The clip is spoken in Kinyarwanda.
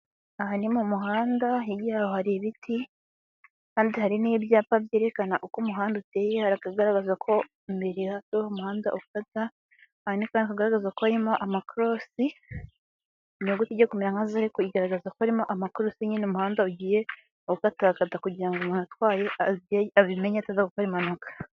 Aha ni mu muhanda hirya y'aho hari ibiti kandi hari n'ibyapa byerekana uko umuhanda uteye hari akagaragaza ko umuhanda ufata, hari n'akandi kagaragaza ko harimo amakorosi inyuguti ijya kumera nka zeru iri kugaragaza ko harimo amakorosi nyine umuhanda ugiye ukatakata kugira umuntu atwaye abimenye ataza gukora impanuka.